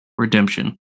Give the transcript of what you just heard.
Redemption